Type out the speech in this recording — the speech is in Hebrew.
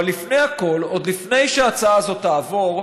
אבל לפני הכול, עוד לפני שההצעה הזאת תעבור,